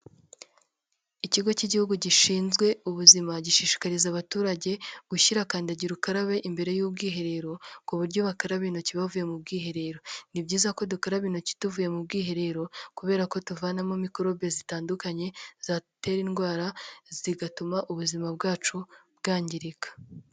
Ikigo cy'igihugu gishinzwe ubuzima gishishikariza abaturage gushyira kandagira ukarabe imbere y'ubwiherero, ku buryo bakaraba intoki bavuye mu bwiherero, ni byiza ko dukaraba intoki tuvuye mu bwiherero kubera ko tuvanamo mikorobe zitandukanye zadutera indwara, zigatuma ubuzima bwacu bwangirika.